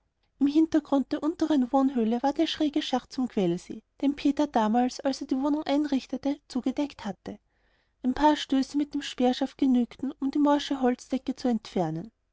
im hintergrund der unteren wohnhöhle war der schräge schacht zum quellsee den peter damals als er die wohnung einrichtete zugedeckt hatte ein paar stöße mit dem speerschaft genügten um die morsche holzdecke zu entfernen